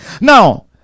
Now